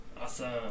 Awesome